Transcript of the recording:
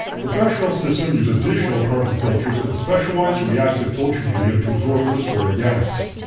professional systems use additional carbon filters and specialized reactive filter media to absorb or destroy organics.